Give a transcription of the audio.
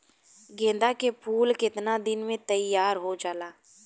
गेंदा के फूल केतना दिन में तइयार हो जाला?